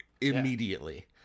immediately